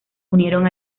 unieron